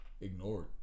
Ignored